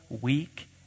weak